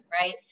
right